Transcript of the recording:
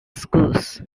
schools